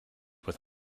with